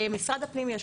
למשרד הפנים,